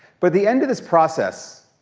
but the end of this process,